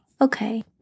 Okay